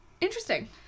Interesting